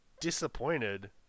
disappointed